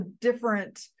different